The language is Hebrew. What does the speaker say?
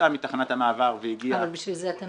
יצאה מתחנת המעבר --- אבל בשביל זה אתם